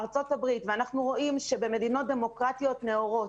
ארצות הברית אנחנו רואים שבמדינות דמוקרטיות נאורות